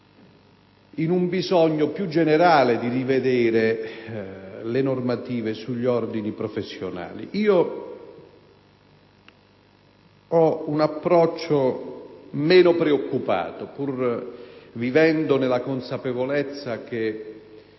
di un'esigenza più generale di rivedere le normative sugli ordini professionali. Ho un approccio meno preoccupato, pur vivendo nella consapevolezza che